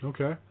Okay